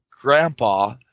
grandpa